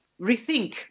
rethink